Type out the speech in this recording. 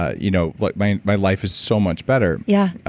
ah you know like my my life is so much better. yeah.